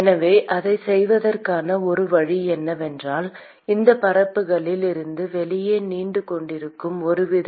எனவே அதைச் செய்வதற்கான ஒரு வழி என்னவென்றால் இந்த பரப்புகளில் இருந்து வெளியே நீண்டு கொண்டிருக்கும் ஒருவித